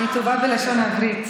אני טובה בלשון העברית.